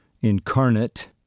incarnate